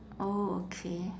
oh okay